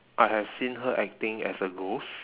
I have seen her acting as a ghost